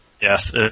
Yes